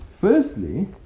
Firstly